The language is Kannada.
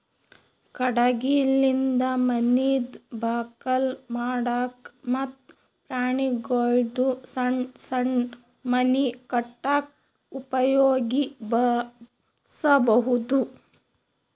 ಕಟಗಿಲಿಂದ ಮನಿದ್ ಬಾಕಲ್ ಮಾಡಕ್ಕ ಮತ್ತ್ ಪ್ರಾಣಿಗೊಳ್ದು ಸಣ್ಣ್ ಸಣ್ಣ್ ಮನಿ ಕಟ್ಟಕ್ಕ್ ಉಪಯೋಗಿಸಬಹುದು